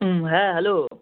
হুম হ্যাঁ হ্যালো